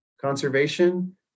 conservation